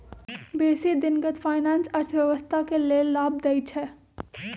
बेशी दिनगत फाइनेंस अर्थव्यवस्था के लेल लाभ देइ छै